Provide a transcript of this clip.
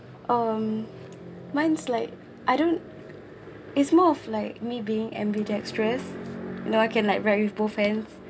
um mine's like I don't it's more of like me being ambidextrous no I can like write with both hands